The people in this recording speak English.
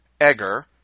Egger